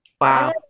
Wow